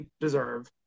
deserve